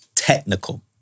Technical